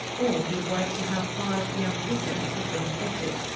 or give weight to how five young victims have been affected.